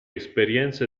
esperienze